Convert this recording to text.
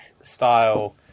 style